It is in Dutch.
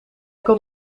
kon